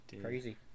Crazy